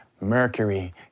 mercury